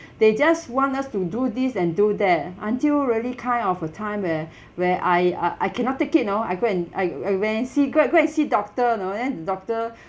they just want us to do this and do that until really kind of a time where where I uh I cannot take it know I go and I I when I see go and go and see doctor know then doctor